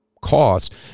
Cost